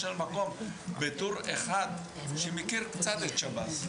בתור אחד שמכיר קצת את שב"ס.